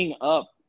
up